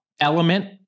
element